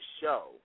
show